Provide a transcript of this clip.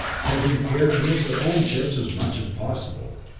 taking care to miss their own ships as much as possible.